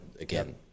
again